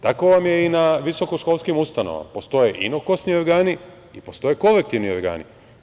Tako vam je i na visoko školskim ustanovama, postoje inokosni organi i postoje kolektivni organi.